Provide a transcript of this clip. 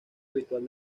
habitual